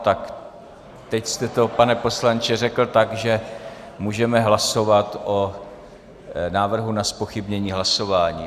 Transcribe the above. Tak teď jste to, pane poslanče, řekl tak, že můžeme hlasovat o návrhu na zpochybnění hlasování.